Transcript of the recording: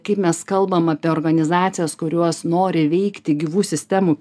kaip mes kalbam apie organizacijas kurios nori veikti gyvų sistemų